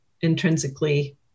intrinsically